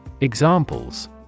Examples